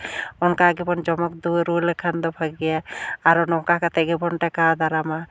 ᱚᱱᱠᱟ ᱜᱮᱵᱚᱱ ᱡᱚᱢᱚᱠ ᱨᱩᱣᱟᱹᱲ ᱞᱮᱠᱷᱟᱱ ᱫᱚ ᱵᱷᱟᱜᱮᱭᱟ ᱟᱨᱚ ᱱᱚᱝᱠᱟ ᱠᱟᱛᱮ ᱜᱮᱵᱚᱱ ᱴᱮᱠᱟᱣ ᱫᱟᱨᱟᱢᱟ